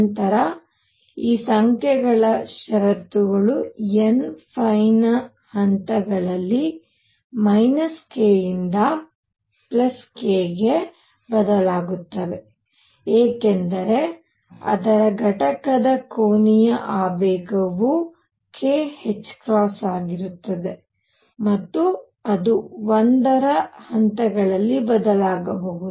ನಂತರ ಈ ಸಂಖ್ಯೆಗಳ ಷರತ್ತುಗಳು n ನ ಹಂತಗಳಲ್ಲಿ k ಯಿಂದ k ಗೆ ಬದಲಾಗುತ್ತವೆ ಏಕೆಂದರೆ ಅದರ ಘಟಕದ ಕೋನೀಯ ಆವೇಗವು k ಆಗಿರುತ್ತದೆ ಮತ್ತು ಅದು 1 ರ ಹಂತಗಳಲ್ಲಿ ಬದಲಾಗಬಹುದು